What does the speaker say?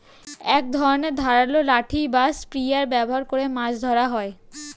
এক ধরনের ধারালো লাঠি বা স্পিয়ার ব্যবহার করে মাছ ধরা হয়